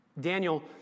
Daniel